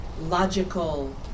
logical